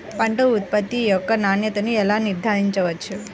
పంట ఉత్పత్తి యొక్క నాణ్యతను ఎలా నిర్ధారించవచ్చు?